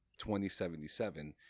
2077